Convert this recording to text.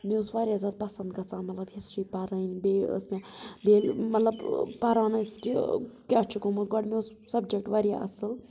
مےٚ اوس واریاہ زیادٕ پَسنٛد گژھان مطلب ہِسٹری پرٕنۍ بیٚیہِ ٲس مےٚ بیٚیہِ ییٚلہِ مطلب پَران ٲس کہِ کیاہ چھُ گوٚمُت گۄڈٕ مےٚ اوس سبجَکٹہٕ واریاہ اصٕل